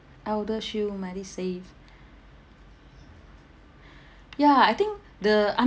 eldershield medisave ya I think the